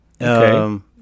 Okay